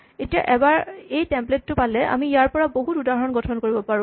এতিয়া এবাৰ এই টেমপ্লেট টো পালে আমি ইয়াৰ পৰা বহুত উদাহৰণ গঠন কৰিব পাৰোঁ